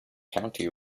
county